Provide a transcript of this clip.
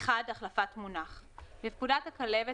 החלפת מונח 1. בפקודת הכלבת,